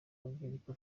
rubyiruko